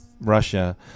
Russia